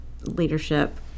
leadership